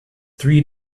three